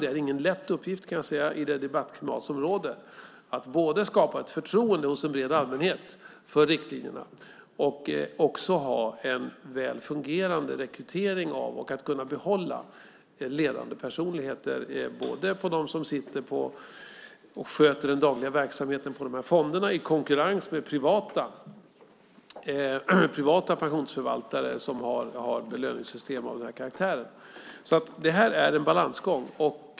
Det är ingen lätt uppgift i det debattklimat som råder att både skapa ett förtroende hos en bred allmänhet för riktlinjerna och också ha en väl fungerande rekrytering av och att kunna behålla ledande personer - de som sköter den dagliga verksamheten i de här fonderna i konkurrens med privata pensionsförvaltare som har belöningssystem av den här karaktären. Detta är en balansgång.